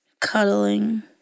cuddling